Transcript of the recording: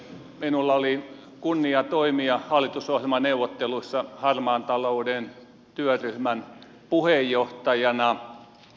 minulla oli kunnia toimia hallitusohjelmaneuvotteluissa harmaan talouden työryhmän puheenjohtajana